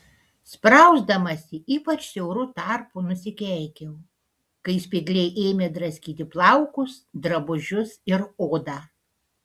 sprausdamasi ypač siauru tarpu nusikeikiau kai spygliai ėmė draskyti plaukus drabužius ir odą